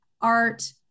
art